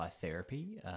therapy